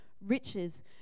riches